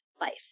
life